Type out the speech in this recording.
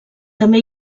també